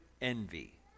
envy